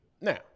Now